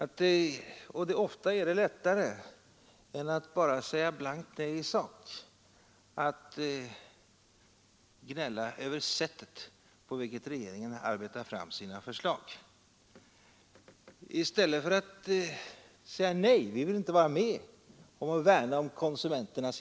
Ofta är det lättare att gnälla över sättet på vilket regeringen arbetar fram sina förslag än att bara säga blankt nej i sak.